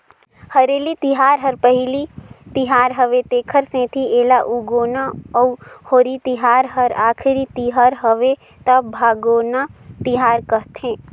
हरेली तिहार हर पहिली तिहार हवे तेखर सेंथी एला उगोना अउ होरी तिहार हर आखरी तिहर हवे त भागोना तिहार कहथें